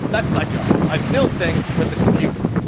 that's my job. i build things with the computer.